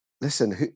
listen